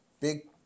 big